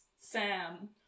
Sam